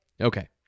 Okay